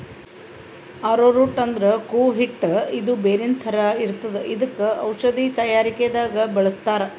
ಆರೊ root ಅಂದ್ರ ಕೂವ ಹಿಟ್ಟ್ ಇದು ಬೇರಿನ್ ಥರ ಇರ್ತದ್ ಇದಕ್ಕ್ ಔಷಧಿ ತಯಾರಿಕೆ ದಾಗ್ ಬಳಸ್ತಾರ್